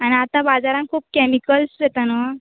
आनी आता बाजारांत खूब केमिक्लस येता न्हू